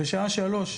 בשעה 15:00,